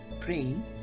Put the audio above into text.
praying